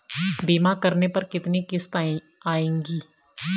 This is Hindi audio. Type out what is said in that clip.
बीमा करने पर कितनी किश्त आएगी?